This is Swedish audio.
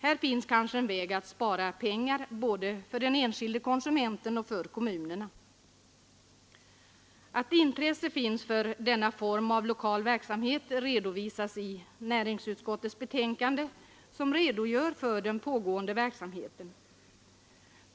Här finns kanske en väg att spara pengar både för den enskilde konsumenten och för kommunerna. Att det finns intresse för denna lokala verksamhet redovisas i näringsutskottets betänkande där det redogörs för den pågående verksamheten.